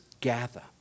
gather